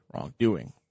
wrongdoing